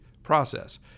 process